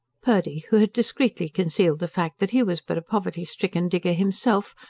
purdy, who had discreetly concealed the fact that he was but a poverty-stricken digger himself,